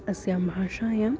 अस्यां भाषायाम्